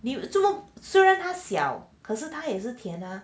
你这么虽然他小可是它也是甜的